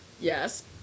Yes